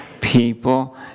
people